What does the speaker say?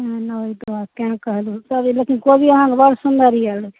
लेबाके अइ तेँ कहलहुँ लेकिन कोबी अहाँके बड़ सुन्दर अइ